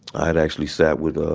i had actually sat with ah